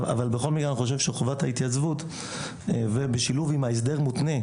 אבל בכל מקרה אני חושב שחובת ההתייצבות ובשילוב עם ההסדר המותנה,